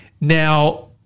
Now